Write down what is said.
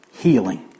healing